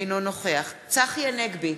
אינו נוכח צחי הנגבי,